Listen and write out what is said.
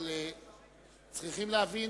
אבל צריכים להבין,